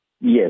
Yes